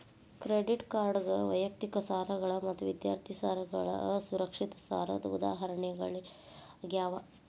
credit ಕಾರ್ಡ್ಗಳ ವೈಯಕ್ತಿಕ ಸಾಲಗಳ ಮತ್ತ ವಿದ್ಯಾರ್ಥಿ ಸಾಲಗಳ ಅಸುರಕ್ಷಿತ ಸಾಲದ್ ಉದಾಹರಣಿಗಳಾಗ್ಯಾವ